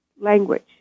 language